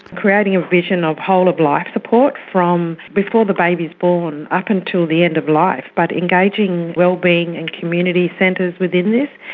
creating a vision of whole-of-life whole-of-life support from before the baby is born up until the end of life, but engaging wellbeing and community centres within this,